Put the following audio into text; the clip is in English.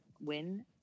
win